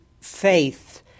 faith